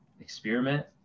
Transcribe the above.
experiment